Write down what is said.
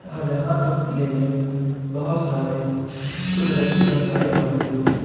شاہجہاں پور ضلع میں بہت سارے قدرتی وسائل موجود ہیں